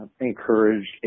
encourage